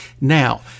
Now